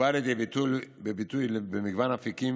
ובא לידי ביטוי במגוון אפיקים.